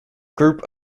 group